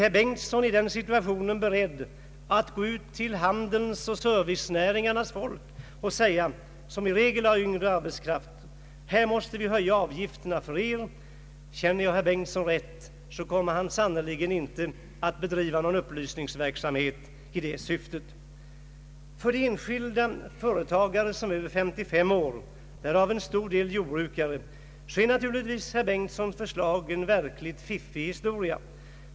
är herr 3engtson i den situationen beredd att gå ut till handelns och servicenäringarnas folk, som i regel har yngre arbetskraft, och säga: Vi måste höja avgifterna för er. — Känner jag herr Bengtson rätt kommer han sannerligen inte att bedriva någon upplysningsverksamhet i det syftet. För de enskilda företagare som är över 55 år — därav en stor del jordbrukare — är naturligtvis herr Bengtsons förslag en verkligt fiffig sak.